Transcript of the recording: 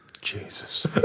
Jesus